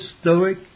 stoic